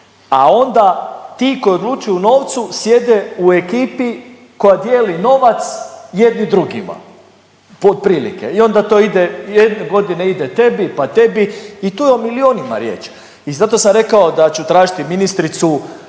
a onda ti koji odlučuju o novcu sjede u ekipi koja dijeli novac jedni drugima. Otprilike i onda to ide, jedne godine ide tebi pa tebi i tu je o milijunima riječ i zato sam rekao da ću tražiti ministricu